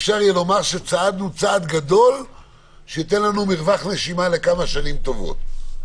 אפשר יהיה לומר שצעדנו צעד גדול שייתן לנו מרווח נשימה לכמה שנים טובות?